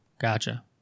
Gotcha